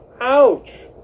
Ouch